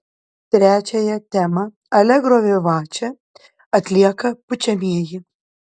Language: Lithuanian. trečiąją temą alegro vivače atlieka pučiamieji